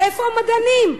איפה המדענים?